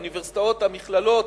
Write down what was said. האוניברסיטאות והמכללות,